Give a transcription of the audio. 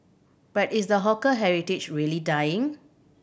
but is the hawker heritage really dying